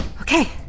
Okay